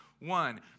One